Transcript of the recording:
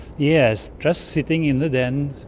yes, just sitting in the den,